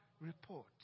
report